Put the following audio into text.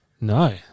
No